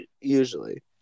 Usually